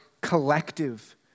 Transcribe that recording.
collective